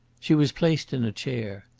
she was placed in a chair.